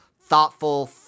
thoughtful